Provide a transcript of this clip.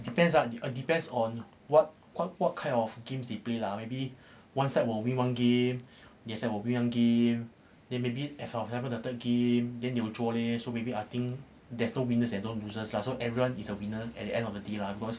depends ah de~ depends on what what kind of games they play lah maybe one side will win one game the other side will win one game they maybe will have a third game then you will draw leh so maybe I think there's no winners and no losers lah so everyone is a winner at the end of the day lah because